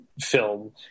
film